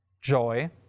joy